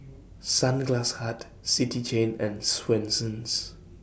Sunglass Hut City Chain and Swensens